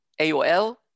AOL